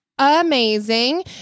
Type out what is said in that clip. amazing